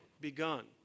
begun